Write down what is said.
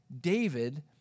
David